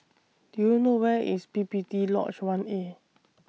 Do YOU know Where IS P P T Lodge one A